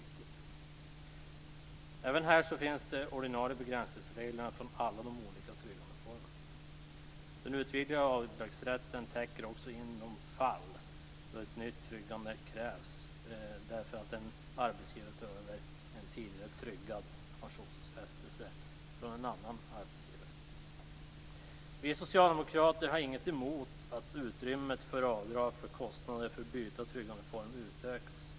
Även här finns den ordinarie begränsningsregeln som gäller för alla de olika tryggandeformerna. Den utvidgade avdragsrätten täcker också in de fall då ett nytt tryggande krävs därför att en arbetsgivare tar över en tidigare tryggad pensionsutfästelse från en annan arbetsgivare. Vi socialdemokrater har inget emot att utrymmet för avdrag för kostnader för byte av tryggandeform utökas.